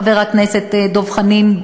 חבר הכנסת דב חנין,